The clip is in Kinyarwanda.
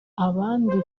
abandi